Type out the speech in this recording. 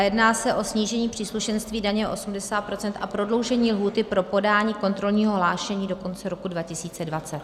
Jedná se o snížení příslušenství daně 80 % a prodloužení lhůty pro podání kontrolního hlášení do konce roku 2020.